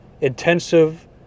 intensive